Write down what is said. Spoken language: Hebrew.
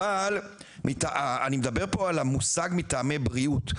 אבל אני מדבר פה על המושג מטעמי בריאות,